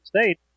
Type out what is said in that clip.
State